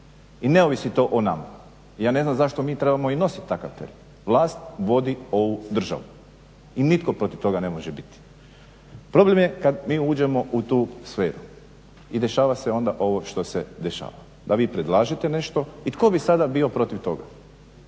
i ne ovisi to o nama. Ja ne znam zašto mi trebamo i nositi takav teret. Vlast vodi ovu državu i nitko protiv toga ne može biti. Problem je kad mi uđemo u tu sferu i dešava se onda ovo što se dešava da vi predlažete nešto i tko bi sada bio protiv toga